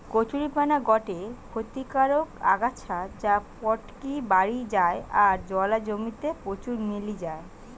কচুরীপানা গটে ক্ষতিকারক আগাছা যা পটকি বাড়ি যায় আর জলা জমি তে প্রচুর মেলি যায়